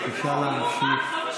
בבקשה להמשיך.